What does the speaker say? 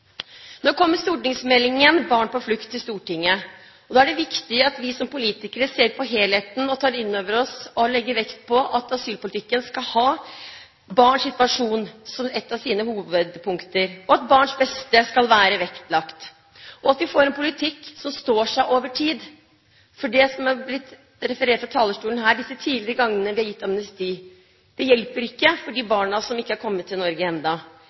Nå kommer stortingsmeldingen om barn på flukt til Stortinget, og da er det viktig at vi som politikere ser på helheten, tar inn over oss og legger vekt på at asylpolitikken skal ha barns situasjon som ett av sine hovedpunkter, at barns beste skal være vektlagt, og at vi får en politikk som står seg over tid, for det som er blitt referert fra talerstolen her de tidligere gangene det er gitt amnesti, er at det ikke hjelper de barna som ikke er kommet til Norge